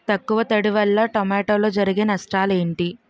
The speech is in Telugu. తక్కువ తడి వల్ల టమోటాలో జరిగే నష్టాలేంటి?